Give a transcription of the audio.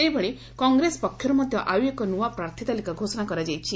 ସେହିଭଳି କଂଗ୍ରେସ ପକ୍ଷରୁ ମଧ୍ୟ ଆଉ ଏକ ନୂଆ ପ୍ରାର୍ଥୀ ତାଲିକା ଘୋଷଣା କରାଯାଇଛି